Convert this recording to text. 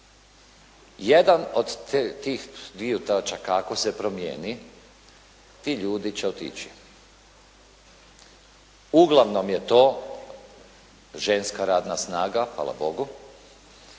Jedan od tih dviju točaka ako se promijeni ti ljudi će otići. Uglavnom je to ženska radna snaga hvala Bogu,